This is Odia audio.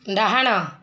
ଡ଼ାହାଣ